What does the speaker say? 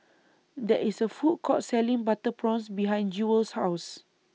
There IS A Food Court Selling Butter Prawns behind Jewel's House